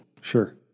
Sure